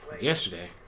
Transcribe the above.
Yesterday